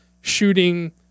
shooting